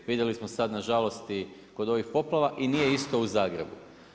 Vidjeli smo sad nažalost i kod ovih poplava i nije isto u Zagrebu.